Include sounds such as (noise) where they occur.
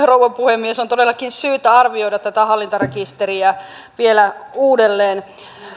(unintelligible) rouva puhemies on todellakin syytä arvioida tätä hallintarekisteriä vielä uudelleen